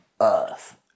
earth